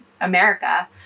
America